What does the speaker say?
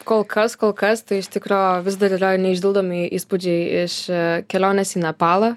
kol kas kol kas tai iš tikro vis dar yra neišdildomi įspūdžiai iš kelionės į nepalą